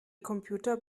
computer